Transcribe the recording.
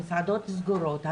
המסעדות סגורות,